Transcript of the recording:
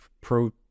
pro